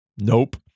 Nope